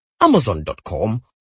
Amazon.com